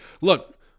Look